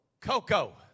Coco